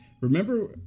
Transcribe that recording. Remember